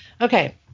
Okay